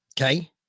Okay